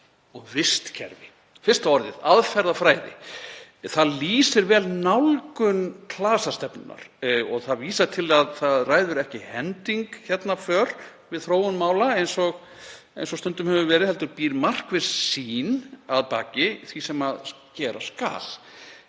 og „vistkerfi“. Fyrsta orðið, „aðferðafræði“, lýsir vel nálgun klasastefnunnar og vísar til þess að hending ræður ekki för við þróun mála eins og stundum hefur verið heldur býr markviss sýn að baki því sem gera skal.